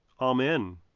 Amen